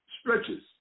stretches